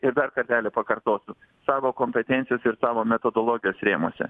ir dar kartelį pakartosiu savo kompetencijos ir savo metodologijos rėmuose